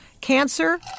Cancer